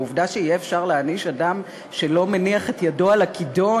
העובדה שיהיה אפשר להעניש אדם שלא מניח את ידו על הכידון,